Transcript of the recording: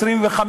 25,